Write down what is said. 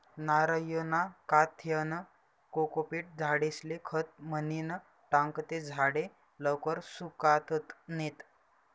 नारयना काथ्यानं कोकोपीट झाडेस्ले खत म्हनीन टाकं ते झाडे लवकर सुकातत नैत